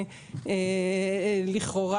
לכאורה,